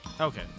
okay